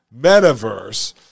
metaverse